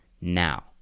now